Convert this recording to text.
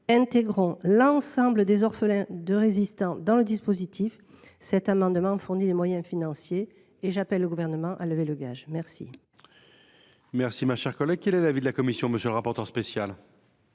en intégrant l’ensemble des orphelins de résistants dans le dispositif. Cet amendement vise à en procurer les moyens financiers ; j’appelle le Gouvernement à lever le gage. Quel